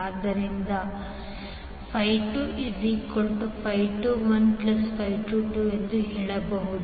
ಆದ್ದರಿಂದ ನೀವು 22122 ಎಂದು ಹೇಳಬಹುದು